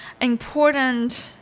important